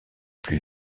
plus